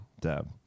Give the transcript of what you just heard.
Dab